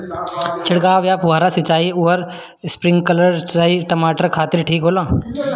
छिड़काव या फुहारा सिंचाई आउर स्प्रिंकलर सिंचाई टमाटर खातिर ठीक होला?